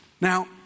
Now